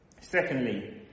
Secondly